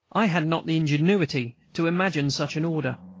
i had not the ingenuity to imagine such an order.